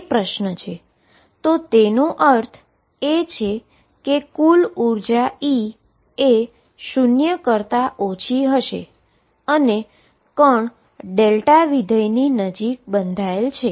એ પ્રશ્ન છે તેનો અર્થ એ કે કુલ એનર્જી E એ 0 કરતા ઓછી હશે અને પાર્ટીકલ δ ફંક્શનની નજીક બંધાયેલ છે